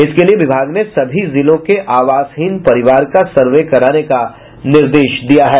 इसके लिये विभाग ने सभी जिलों के आवासहीन परिवार का सर्वे कराने का निर्देश दिया है